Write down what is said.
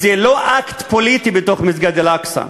זה לא אקט פוליטי במסגד אל-אקצא.